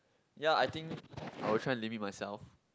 ya I think I'll try limit myself